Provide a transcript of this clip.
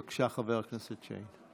בבקשה, חבר הכנסת שיין.